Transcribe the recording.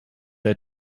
der